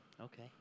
Okay